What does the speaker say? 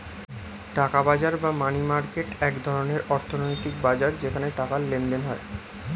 টাকার বাজার বা মানি মার্কেট এক ধরনের অর্থনৈতিক বাজার যেখানে টাকার লেনদেন হয়